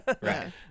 right